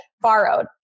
borrowed